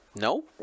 No